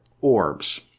orbs